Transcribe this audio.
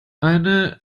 eine